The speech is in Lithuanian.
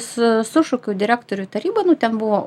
su sušaukiau direktorių tarybą nu ten buvo